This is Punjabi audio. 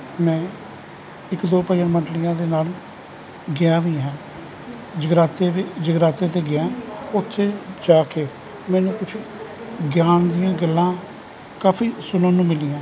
ਮੈਂ ਇੱਕ ਦੋ ਭਜਨ ਮੰਡਲੀਆਂ ਦੇ ਨਾਲ ਗਿਆ ਵੀ ਹਾਂ ਜਗਰਾਤੇ ਵੀ ਜਗਰਾਤੇ 'ਤੇ ਗਿਆ ਉੱਥੇ ਜਾ ਕੇ ਮੈਨੂੰ ਕੁਛ ਗਿਆਨ ਦੀਆਂ ਗੱਲਾਂ ਕਾਫੀ ਸੁਣਨ ਨੂੰ ਮਿਲੀਆਂ